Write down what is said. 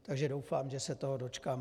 Takže doufám, že se toho dočkám.